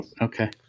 Okay